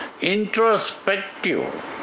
introspective